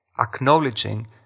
acknowledging